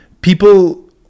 people